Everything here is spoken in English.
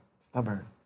stubborn